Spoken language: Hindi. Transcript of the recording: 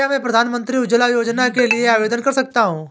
क्या मैं प्रधानमंत्री उज्ज्वला योजना के लिए आवेदन कर सकता हूँ?